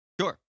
sure